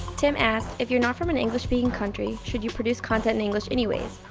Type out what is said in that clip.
tim asked, if you're not from an english speaking country should you produce content in english anyways,